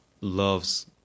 loves